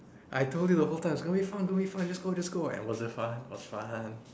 I told you the whole time it's gonna be fun just go just go and was it fun was fun